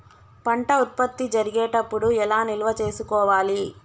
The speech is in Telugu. పంట ఉత్పత్తి జరిగేటప్పుడు ఎలా నిల్వ చేసుకోవాలి?